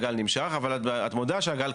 מה שנקרא,